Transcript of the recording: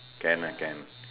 can lah can